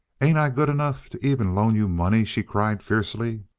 ain't i good enough to even loan you money? she cried fiercely.